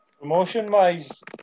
Promotion-wise